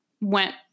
went